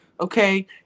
okay